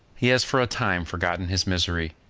he has for a time forgotten his misery.